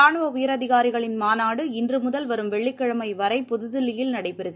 ரானுவ உயரதிகாரிகளின் மாநாடு இன்று முதல் வரும் வெள்ளிக்கிழமை வரை புதுதில்லியில் நடைபெறுகிறது